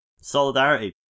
Solidarity